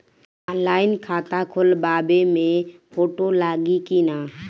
Online खाता खोलबाबे मे फोटो लागि कि ना?